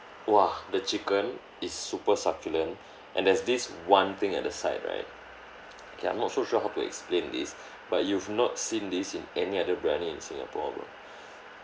!wah! the chicken is super succulent and there's this one thing at the side right okay I'm not so sure how to explain this but you've not seen this in any other briyani in singapore bro